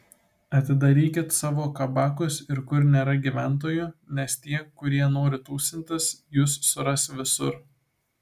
atidarykit savo kabakus ir kur nėra gyventojų nes tie kurie nori tūsintis jus suras visur